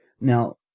Now